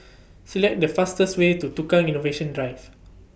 Select The fastest Way to Tukang Innovation Drive